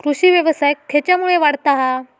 कृषीव्यवसाय खेच्यामुळे वाढता हा?